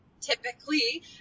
typically